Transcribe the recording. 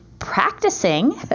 practicing